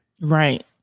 Right